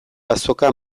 azoka